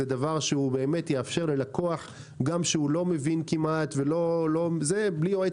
באמת יאפשר ללקוח גם שאינו מבין כמעט בלי יועץ